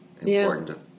important